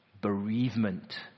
bereavement